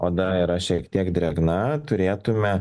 oda yra šiek tiek drėgna turėtume